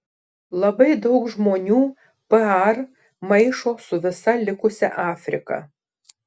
labai daug žmonių par maišo su visa likusia afrika